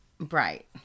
Bright